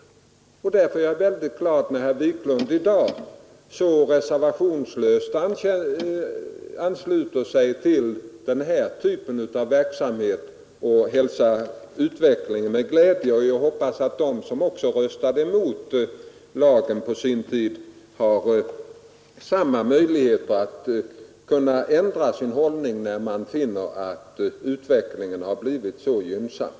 Jag är alltså glad över att herr Wiklund i dag så reservationslöst hälsar den här typen av verksamhet med glädje. Jag hoppas att också de som på sin tid röstade emot lagen har samma möjlighet att ändra sin hållning, när de finner att utvecklingen har blivit så gynnsam.